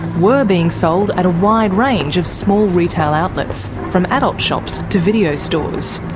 were being sold at a wide range of small retail outlets, from adult shops to video stores.